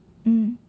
hmm